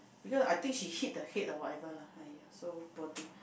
because I think she hit the head or whatever lah !aiya! so poor thing